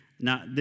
Now